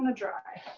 um dry.